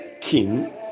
king